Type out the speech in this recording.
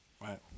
Right